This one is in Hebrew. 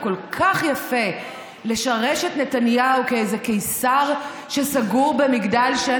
כל כך יפה להשריש את נתניהו כאיזה קיסר שסגור במגדל שן